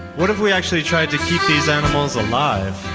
what if we actually tried to keep these animals alive?